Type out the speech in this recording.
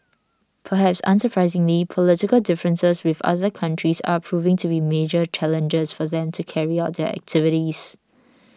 perhaps unsurprisingly political differences with other countries are proving to be major challenges for them to carry out their activities